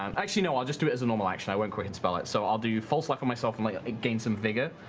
um actually, no, i'll just do it as a normal action, i won't quickened spell it. so i'll do false life on myself and like gain some vigor,